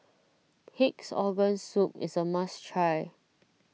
Pig's Organ Soup is a must try